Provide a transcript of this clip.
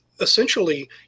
essentially